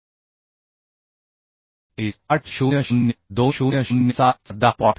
IS 800 2007 चा 10